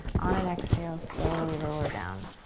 on an exhale, slowly lower down.